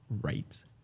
right